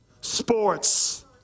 Sports